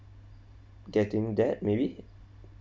getting that maybe